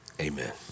Amen